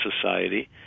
society